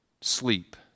sleep